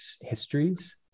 histories